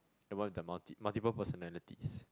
the one with the multi multiple personalities